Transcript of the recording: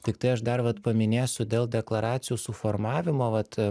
tiktai aš dar vat paminėsiu dėl deklaracijų suformavimo vat